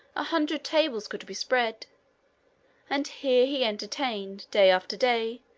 a hundred tables could be spread and here he entertained, day after day,